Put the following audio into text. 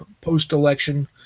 post-election